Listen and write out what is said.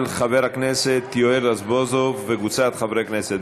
של חבר הכנסת יואל רזבוזוב וקבוצת חברי כנסת.